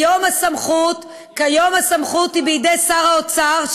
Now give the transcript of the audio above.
כיום הסמכות בידי שר האוצר.